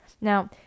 Now